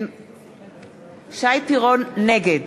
נגד